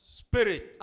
spirit